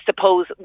suppose